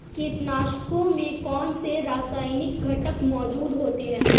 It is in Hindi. कीटनाशकों में कौनसे रासायनिक घटक मौजूद होते हैं?